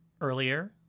earlier